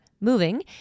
moving